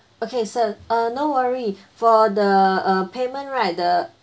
okay sir uh no worry for the uh payment right the